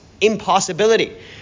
impossibility